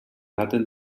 daten